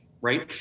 right